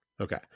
Okay